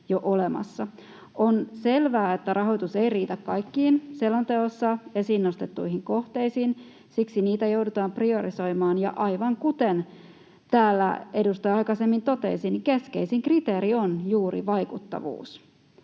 On selvää, että rahoitus ei riitä kaikkiin selonteossa esiin nostettuihin kohteisiin. Siksi niitä joudutaan priorisoimaan, ja aivan kuten täällä edustaja aikaisemmin totesi, keskeisin kriteeri on juuri vaikuttavuus